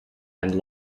and